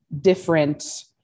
different